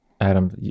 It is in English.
Adam